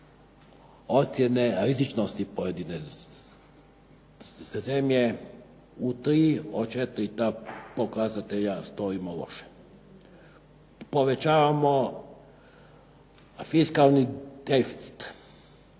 ocjene rizičnosti pojedine zemlje, u tri od četiri ta pokazatelja stojimo loše. Povećavamo fiskalni deficit,